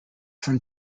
from